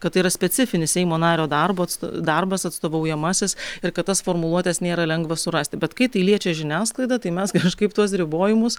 kad tai yra specifinis seimo nario darbas darbas atstovaujamasis ir kad tas formuluotes nėra lengva surasti bet kai tai liečia žiniasklaidą tai mes kažkaip tuos ribojimus